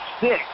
six